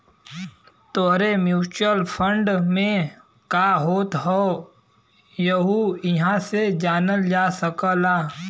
तोहरे mutual fund में का होत हौ यहु इहां से जानल जा सकला